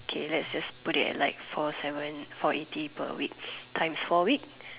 K let's just put it at like four seven four eighty per week times four week